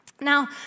Now